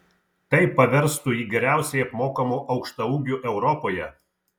tai paverstų jį geriausiai apmokamu aukštaūgiu europoje